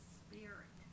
spirit